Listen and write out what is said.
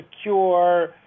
secure